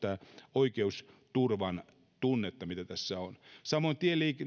oikeusturvan tunnetta mitä tässä on samoin